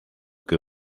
que